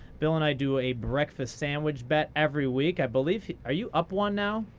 bill and i do a breakfast sandwich bet every week. i believe are you up one now?